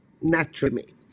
naturally